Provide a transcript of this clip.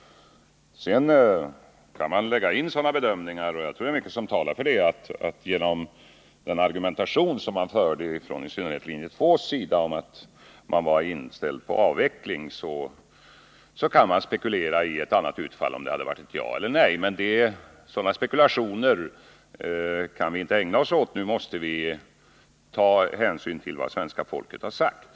Men man kan naturligtvis lägga in sådana bedömningar — och jag tror att mycket talar för det — att argumentationen från i synnerhet linje 2:s sida att man var inställd på avveckling kan ge anledning till spekulationer om huruvida det blivit ett annat utfall om omröstningen hade gällt ett ja eller nej. Sådana spekulationer kan vi emellertid inte ägna oss åt, utan nu måste vi ta hänsyn till vad svenska folket har sagt.